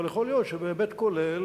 אבל יכול להיות שבהיבט כולל,